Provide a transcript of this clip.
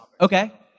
Okay